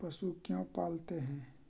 पशु क्यों पालते हैं?